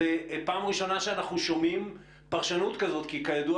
זו פעם ראשונה שאנחנו שומעים פרשנות כזאת כי כידוע